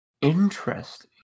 interesting